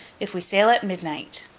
if we sail at midnight